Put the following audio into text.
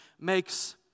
makes